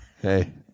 Hey